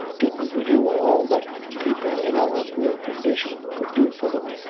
didn't we do all that people in our poor condition could do for them?